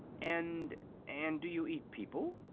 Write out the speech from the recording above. and and do you eat people?